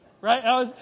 Right